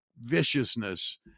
viciousness